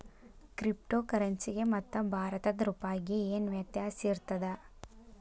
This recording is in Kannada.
ಕ್ರಿಪ್ಟೊ ಕರೆನ್ಸಿಗೆ ಮತ್ತ ಭಾರತದ್ ರೂಪಾಯಿಗೆ ಏನ್ ವ್ಯತ್ಯಾಸಿರ್ತದ?